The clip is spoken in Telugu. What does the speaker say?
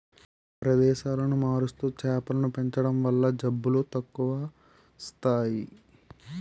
ప్రదేశాలను మారుస్తూ చేపలను పెంచడం వల్ల జబ్బులు తక్కువస్తాయి